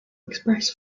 express